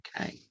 Okay